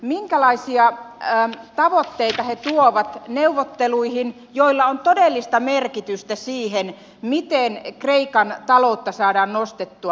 minkälaisia tavoitteita he tuovat neuvotteluihin joilla on todellista merkitystä siihen miten kreikan taloutta saadaan nostettua